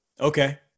Okay